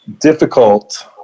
difficult